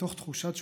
מתוך תחושת שותפות.